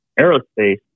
aerospace